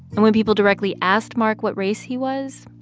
and when people directly asked mark what race he was,